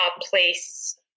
place